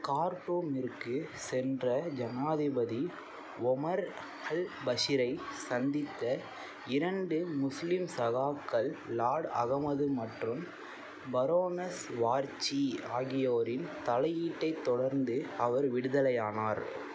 கார்ட்டூமிற்குச் சென்ற ஜனாதிபதி Omar al பஷீரை சந்தித்த இரண்டு முஸ்லீம் சகாக்கள் லார்ட் அகமது மற்றும் பரோனஸ் வார்ச்சி ஆகியோரின் தலையீட்டைத் தொடர்ந்து அவர் விடுதலையானார்